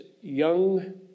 young